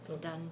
Done